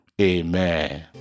Amen